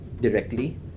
directly